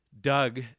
Doug